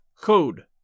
code